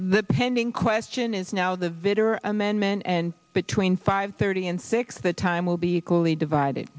the pending question is now the vitter amendment and between five thirty and six the time will be equally divided